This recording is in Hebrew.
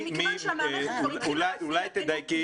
אבל מכיוון שהמערכת כבר התחילה --- אולי תדייקי,